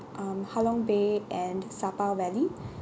um halongbay and sapa valley